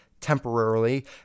temporarily